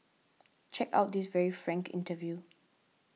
check out this very frank interview